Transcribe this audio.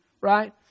right